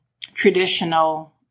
traditional